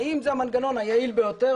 האם זה המנגנון היעיל ביותר?